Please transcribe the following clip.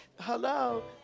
Hello